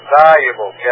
valuable